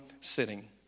sitting